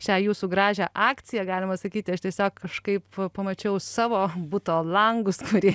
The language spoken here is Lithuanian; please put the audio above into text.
šią jūsų gražią akciją galima sakyti aš tiesiog kažkaip pamačiau savo buto langus kuri